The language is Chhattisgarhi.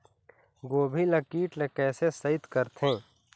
गोभी ल कीट ले कैसे सइत करथे?